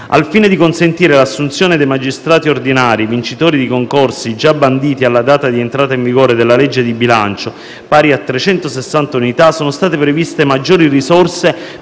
Al fine di consentire l'assunzione dei magistrati ordinari vincitori di concorsi già banditi alla data di entrata in vigore della legge di bilancio pari a 360 unità sono state previste maggiori risorse